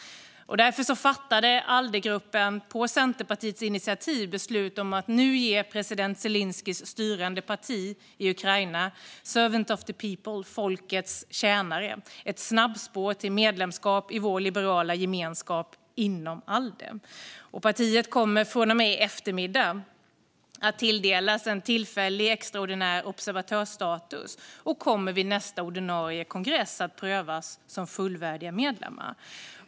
Därför fattade Alde-gruppen på Centerpartiets initiativ ett beslut om att nu ge president Zelenskyjs styrande parti i Ukraina, Servant of the People, Folkets Tjänare, ett snabbspår till medlemskap i vår liberala gemenskap inom Alde. Partiet kommer i eftermiddag att tilldelas en tillfällig extraordinär observatörsstatus och kommer vid nästa ordinarie kongress att prövas som fullvärdig medlem.